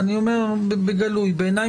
היו שופטים שכן ניסו להרחיב את תפקיד הנאמן,